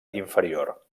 inferior